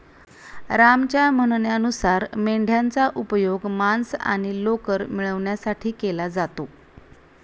रामच्या म्हणण्यानुसार मेंढयांचा उपयोग मांस आणि लोकर मिळवण्यासाठी केला जातो